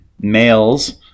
males